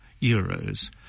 euros